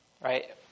right